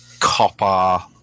copper